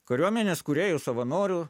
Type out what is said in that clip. kariuomenės kūrėjų savanorių